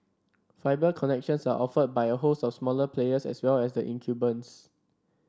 fibre connections are offered by a host of smaller players as well as the incumbents